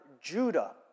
Judah